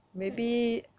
hmm